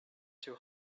too